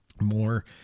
more